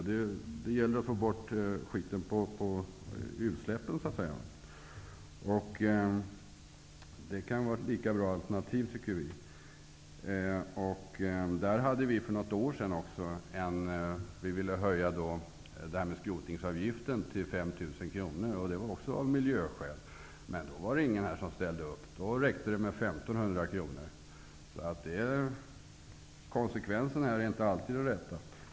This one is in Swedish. Det gäller att få bort smutsen i utsläppen. Detta anser vi därför kan vara ett lika bra alternativ. För något år sedan ville vi höja skrotningsavgiften till 5 000 kr. Det ville vi också göra av miljöskäl. Men då var det ingen här som ställde sig bakom detta förslag. Då räckte det med 1 500 kr. Konsekvenserna är alltså inte alltid de rätta.